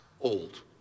old